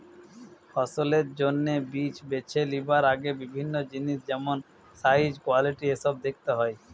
ফসলের জন্যে বীজ বেছে লিবার আগে বিভিন্ন জিনিস যেমন সাইজ, কোয়ালিটি এসোব দেখতে হয়